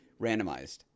randomized